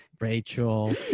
rachel